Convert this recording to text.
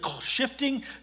shifting